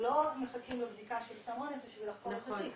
לא מחכים לבדיקה של סם אונס בשביל לחקור את התיק.